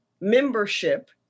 membership